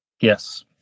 Yes